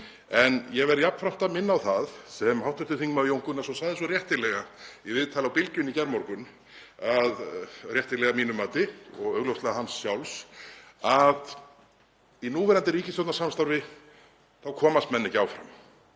En ég verð jafnframt að minna á það sem hv. þm. Jón Gunnarsson sagði svo réttilega í viðtali á Bylgjunni í gærmorgun, réttilega að mínu mati og augljóslega hans sjálfs, að í núverandi ríkisstjórnarsamstarfi þá komast menn ekki áfram.